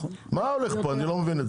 מה הולך פה, אני לא מבין את זה.